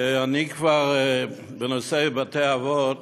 בנושא בתי-אבות,